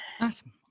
Awesome